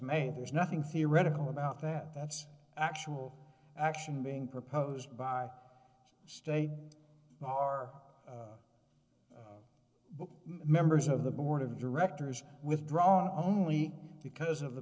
made there's nothing theoretical about that that's actual action being proposed by the state are but members of the board of directors withdraw only because of the